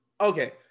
okay